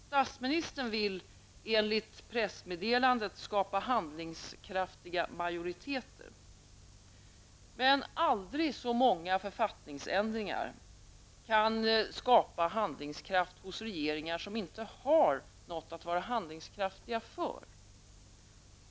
Statsministern vill, enligt pressmeddelandet, skapa handlingskraftiga majoriteter. Men aldrig så många författningsändringar kan skapa handlingskraft hos regeringar som inte har något att vara handlingskraftiga för.